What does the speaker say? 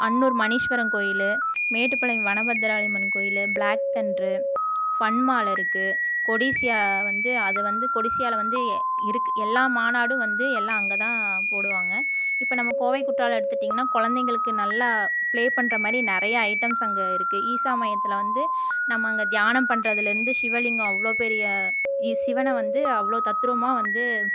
அன்னூர் மணீஸ்வரன் கோவிலு மேட்டுப்பாளையம் வனபத்திரகாளியம்மன் கோவிலு black thunder fun மாலிருக்கு கொடிசியா வந்து அது வந்து கொடிசியாவில் வந்து இருக்கு எல்லா மாநாடும் வந்து எல்லாம் அங்கே தான் போடுவாங்க இப்போ நம்ம கோவை குற்றாலம் எடுத்துட்டீங்கனா குழந்தைகளுக்கு நல்லா ப்ளே பண்ணுற மாதிரி நிறைய ஐட்டம்ஸ் அங்கே இருக்கு ஈசா மையத்தில் வந்து நம்ம அங்கே தியானம் பண்ணுறதுலருந்து சிவ லிங்கம் அவ்வளோ பெரிய சிவனை வந்து அவ்வளோ தத்ரூபமாக வந்து